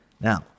Now